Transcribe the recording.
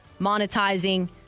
monetizing